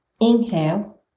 Inhale